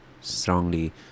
strongly